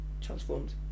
transformed